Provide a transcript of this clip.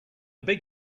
beg